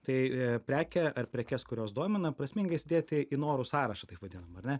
tai prekę ar prekes kurios domina prasminga įsidėti į norų sąrašą taip vadinamą ar ne